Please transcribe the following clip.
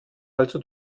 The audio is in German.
also